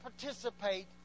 participate